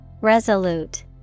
Resolute